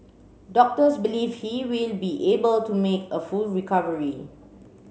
doctors believe he will be able to make a full recovery